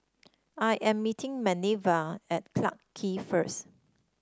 I am meeting Manervia at Clarke Quay first